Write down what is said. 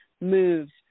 moves